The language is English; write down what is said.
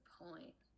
point